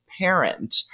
parent